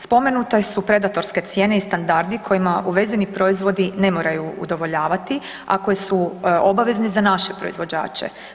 Spomenute su predatorske cijene i standardi kojima uvezeni proizvodi ne moraju udovoljavati a koji su obavezni za naše proizvođače.